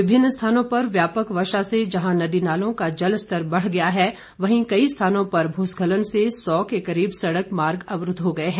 विभिन्न स्थानों पर व्यापक वर्षा से जहां नदी नालों का जलस्तर बढ़ गया है वहीं कई स्थानों पर भूस्खलन से सौ के करीब सड़क मार्ग अवरूद्व हो गए हैं